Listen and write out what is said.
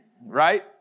right